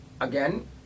again